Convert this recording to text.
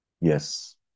Yes